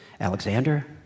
Alexander